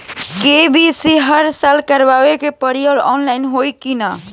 KYC हर साल करवावे के पड़ी और ऑनलाइन होई की ना?